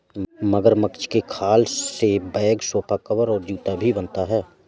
मगरमच्छ के खाल से बैग सोफा कवर और जूता भी बनता है